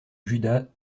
judas